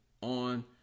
on